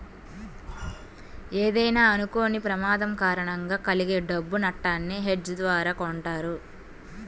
ఏదైనా అనుకోని ప్రమాదం కారణంగా కలిగే డబ్బు నట్టాన్ని హెడ్జ్ ద్వారా కొంటారు